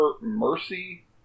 mercy